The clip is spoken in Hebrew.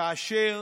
כאשר